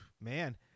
man